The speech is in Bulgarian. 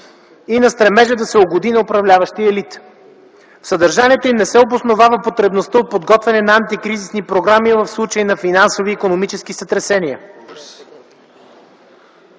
и на стремежа да се угоди на управляващия елит. В съдържанието им не се обосновава потребността от подготвяне на антикризисни програми в случай на финансови и икономически сътресения.